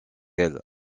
elle